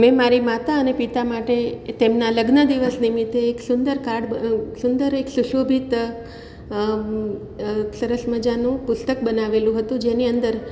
મેં મારી માતા અને પિતા માટે તેમનાં લગ્ન દિવસ નિમિત્તે એક સુંદર કાર્ડ સુંદર એક સુશોભિત સરસ મજાનું પુસ્તક બનાવેલું હતું જેની અંદર